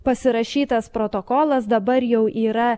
pasirašytas protokolas dabar jau yra